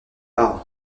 par